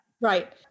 Right